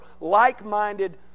like-minded